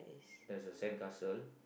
there's a sandcastle